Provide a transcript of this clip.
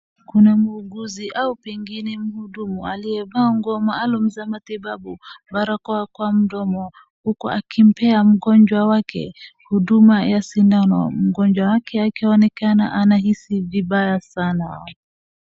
Kuna muuguzi au pengine mhudumu aliyevaa nguo maalum za matibabu, barakoa kwa mdomo huku akimpea mgonjwa wake huduma ya sindano, mgonjwa akionekana anahisi vibaya sana.